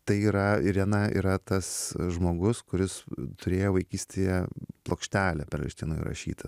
tai yra irena yra tas žmogus kuris turėjo vaikystėje plokštelę peleršteino įrašytą